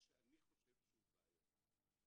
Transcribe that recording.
שאני חושב שהוא בעייתי.